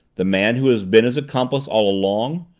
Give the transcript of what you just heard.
the man who has been his accomplice all along?